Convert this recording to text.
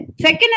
second